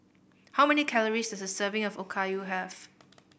how many calories does a serving of Okayu have